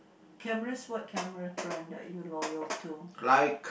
cameras what camera brand are you loyal to